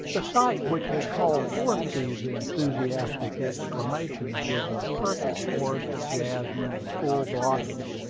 the sight which had called forth these enthusiastic exclamations was a perfect forest of jasmine in full blossom.